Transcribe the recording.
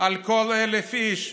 על כל 1,000 איש,